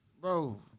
bro